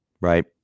right